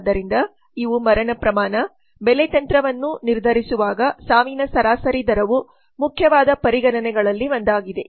ಆದ್ದರಿಂದ ಇವು ಮರಣ ಪ್ರಮಾಣ ಬೆಲೆ ತಂತ್ರವನ್ನು ನಿರ್ಧರಿಸುವಾಗ ಸಾವಿನ ಸರಾಸರಿ ದರವು ಮುಖ್ಯವಾದ ಪರಿಗಣನೆಗಳಲ್ಲಿ ಒಂದಾಗಿದೆ